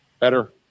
better